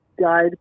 guide